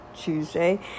Tuesday